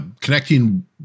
connecting